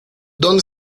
dónde